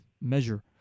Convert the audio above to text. measure